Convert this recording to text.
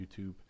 YouTube